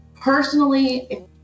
personally